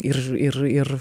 ir ir ir